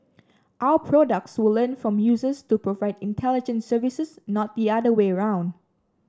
our products will learn from users to provide intelligent services not the other way around